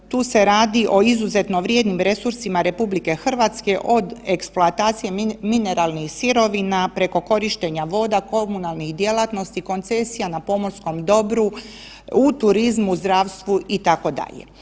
Tu se radi o izuzetno vrijednim resursima RH od eksploatacije mineralnih sirovina preko korištenja voda, komunalnih djelatnosti, koncesija na pomorskom dobru, u turizmu, zdravstvu itd.